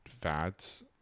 Fats